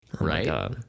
Right